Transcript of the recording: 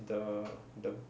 the the